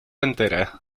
entera